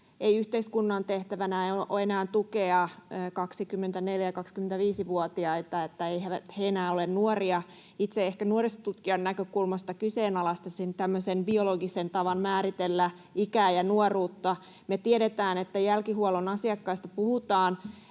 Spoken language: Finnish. ei yhteiskunnan tehtävänä ole enää tukea 24—25-vuotiaita ja että eivät he enää ole nuoria. Itse ehkä nuorisotutkijan näkökulmasta kyseenalaistaisin tämmöisen biologisen tavan määritellä ikää ja nuoruutta. Me tiedetään, että jälkihuollon asiakkaista puhutaan